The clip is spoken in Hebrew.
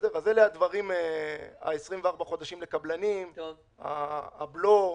אלה 24 חודשים לקבלנים, הבלו,